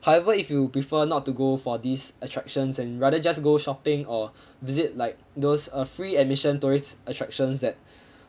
however if you prefer not to go for these attractions and rather just go shopping or visit like those uh free admission tourist attractions that